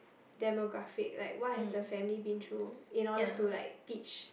demographic right what have the family been through in order to like teach